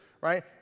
right